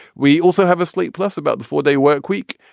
we also have a slate plus about before they work week.